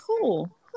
cool